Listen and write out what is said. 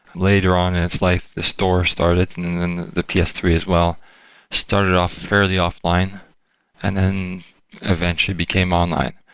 later on, it's like the store started and then the p s three as well started off very the offline and then eventually became online.